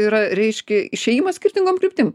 yra reiškia išėjimas skirtingom kryptim